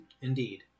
indeed